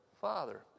father